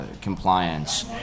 compliance